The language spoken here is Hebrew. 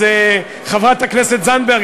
חברת הכנסת זנדברג,